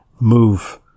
move